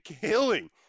killing